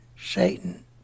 Satan